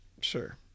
Sure